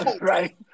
Right